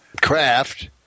craft